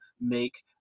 make